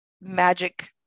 magic